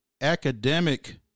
academic